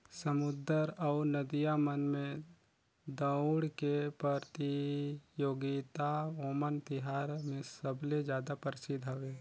समुद्दर अउ नदिया मन में दउड़ के परतियोगिता ओनम तिहार मे सबले जादा परसिद्ध हवे